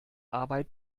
arbeit